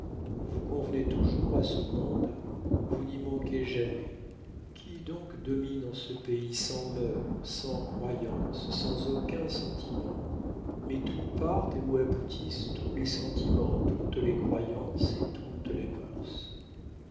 vous convenez toujours à ce monde vous n'y manquez jamais qui donc domine en ce pays sans mœurs sans croyance sans aucun sentiment mais d'où partent et où aboutissent tous les sentiments toutes les croyances et toutes les mœurs